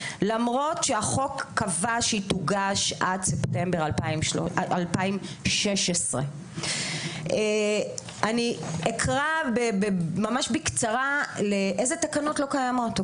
למרות שהחוק קבע שהיא תוגש עד ספטמבר 2016. אני אקרא ממש בקצרה אילו תקנות לא קיימות.